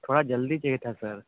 थोड़ा जल्दी चाहिए था सर